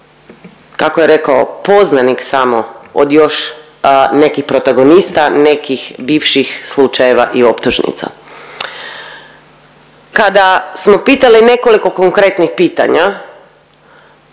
kako je rekao poznanik samo još nekih protagonista, nekih bivših slučajeva i optužnica. Kada smo pitali nekoliko konkretnih pitanja